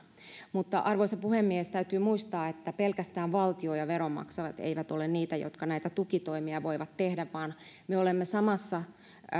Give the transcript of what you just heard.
arvoisa puhemies täytyy muistaa että pelkästään valtio ja veronmaksajat eivät ole niitä jotka näitä tukitoimia voivat tehdä vaan me olemme samassa